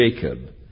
Jacob